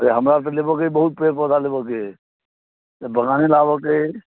अरे हमरा तऽ लेबऽके बहुत पेड़ पौधा लेबऽके से बगाने लेबऽके अइ